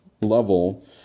level